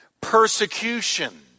persecution